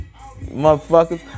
Motherfuckers